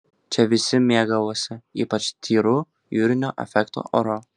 čia visi mėgavosi ypač tyru jūrinio efekto oru